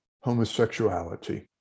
homosexuality